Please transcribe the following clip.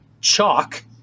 chalk